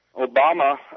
Obama